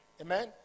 Amen